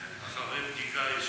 אחרי בדיקה יסודית,